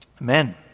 Amen